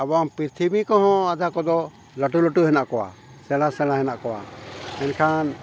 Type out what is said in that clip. ᱟᱵᱚᱣᱟᱜ ᱯᱨᱤᱛᱷᱤᱵᱤ ᱠᱚᱦᱚᱸ ᱟᱫᱷᱟ ᱠᱚᱫᱚ ᱞᱟᱹᱴᱩᱼᱞᱟᱹᱴᱩ ᱦᱮᱱᱟᱜ ᱠᱚᱣᱟ ᱥᱮᱬᱟᱼᱥᱮᱬᱟ ᱦᱮᱱᱟᱜ ᱠᱚᱣᱟ ᱮᱱᱠᱷᱟᱱ